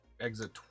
exit